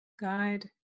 guide